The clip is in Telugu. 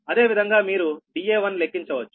అదేవిధంగా మీరు Da1 లెక్కించవచ్చు